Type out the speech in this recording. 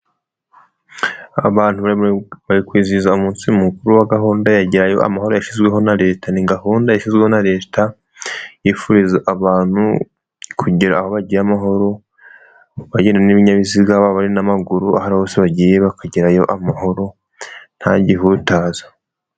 Abantu bari kwizihiza umunsi mukuru wa gahunda ya Gerayo Amahoro yashyizweho na Leta, ni gahunda yashyizweho na Leta yifuriza abantu kugera aho bagiye amahoro baba bagenda n'ibinyabiziga baba n'amaguru aho ari ho hose bagiye bakagerayo amahoro nta gihutaza.